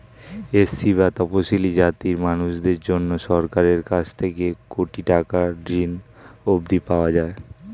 SC বা তফশিলী জাতির মানুষদের জন্যে সরকারের কাছ থেকে কোটি টাকার ঋণ অবধি পাওয়া যায়